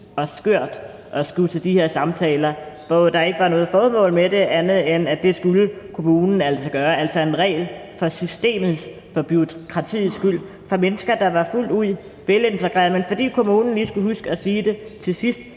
og skørt, skulle til de her samtaler, hvor der ikke var noget formål med det andet end, at det skulle kommunen altså gøre, altså en regel for systemets og for bureaukratiets skyld, der gjaldt for mennesker, der var fuldt ud velintegrerede. Og fordi kommunen lige skulle huske at sige det til sidst